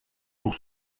pour